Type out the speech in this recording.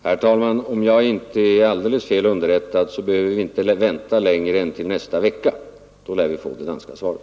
Herr talman! Om jag inte är alldeles fel underrättad behöver vi inte vänta längre än till nästa vecka. Då lär vi få det danska svaret.